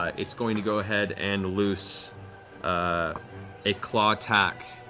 it's going to go ahead and loose ah a claw attack